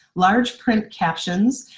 large print captions,